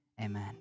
Amen